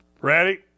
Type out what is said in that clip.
Ready